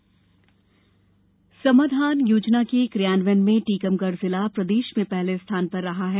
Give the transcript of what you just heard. समाधान योजना समाधान योजना के कियांवयन में टीकमगढ़ जिला प्रदेश में पहले स्थान पर रहा है